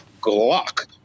Glock